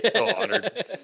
Honored